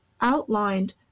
outlined